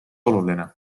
oluline